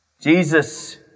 Jesus